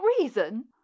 reason